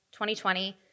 2020